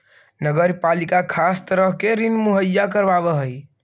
नगर पालिका खास तरह के ऋण मुहैया करावऽ हई